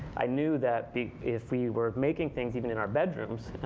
i knew that if we were making things even in our bedrooms,